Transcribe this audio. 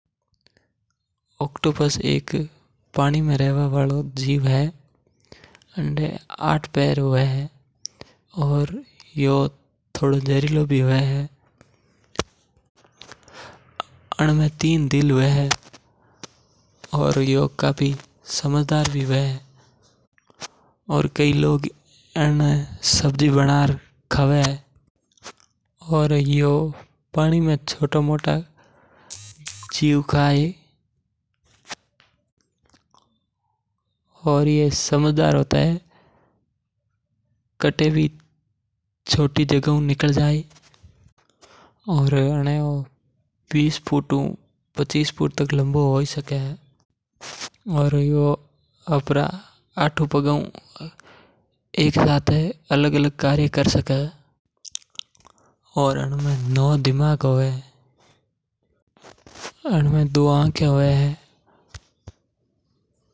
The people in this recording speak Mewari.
ऑक्टोपस एक जलिया जीव हवे बमे आठ पैर हवे। ओ थोडो जहरीलो भी हवे। गणा मानक अनाने खाणवा में काम में लेवे और अनमे तीन दिल हवे। अनमे दिमाग भी एक हुं ज्यादो हवे और ऐ समझदार भी गणा हवे। और ऐ कई भी छोटी जगह हुं निकल जायी।